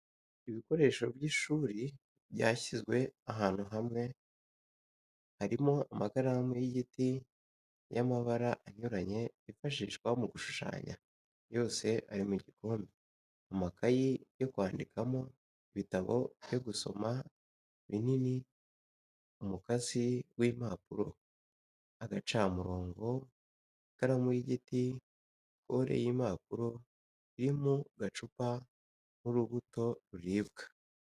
Ibikoresho by'ishuri byashyizwe ahantu hamwe harimo amakaramu y'igiti y'amabara anyuranye yifashishwa mu gushushanya yose ari mu gakombe, amakaye yo kwandikamo, ibitabo byo gusoma binini, umukasi w'impapuro, agacamurongo, ikaramu y'igiti, kore y'impapuro iri mu gacupa n'urubuto ruribwa.